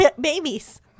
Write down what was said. babies